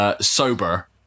Sober